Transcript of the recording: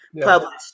published